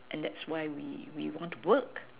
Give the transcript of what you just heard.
and that's why we we want to work